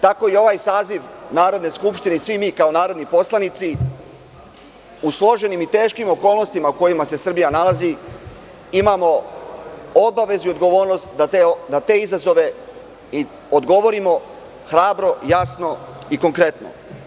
Tako i ovaj saziv Narodne skupštine i svi mi kao narodni poslanici u složenim i teškim okolnostima u kojima se Srbija nalazi imamo obavezu i odgovornost da na te izazove odgovorimo hrabro, jasno i konkretno.